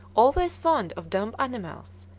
always fond of dumb animals,